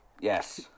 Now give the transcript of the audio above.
Yes